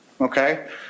Okay